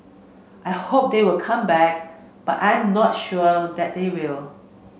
I hope they will come back but I'm not sure that they will